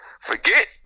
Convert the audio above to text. forget